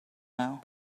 now